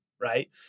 right